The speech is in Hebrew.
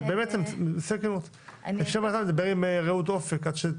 בינתיים נדבר עם רעות אופק ממשרד המשפטים.